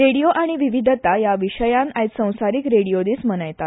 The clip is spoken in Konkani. रेडियो आनी विविधता ह्या विशयान आयज संवसारीक रेडियो दीस मनयतात